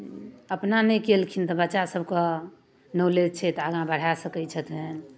अपना नहि कएलखिन तऽ बच्चासभकेँ नॉलेज छै तऽ आगाँ बढ़ा सकै छथिन